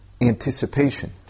anticipation